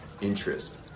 interest